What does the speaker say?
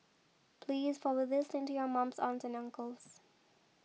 please forward this link to your mums aunts and uncles